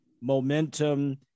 momentum